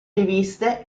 riviste